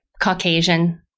Caucasian